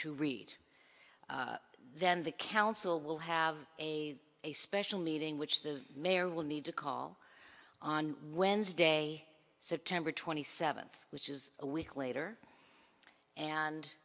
to read then the council will have a a special meeting which the mayor will need to call on wednesday september twenty seventh which is a week later and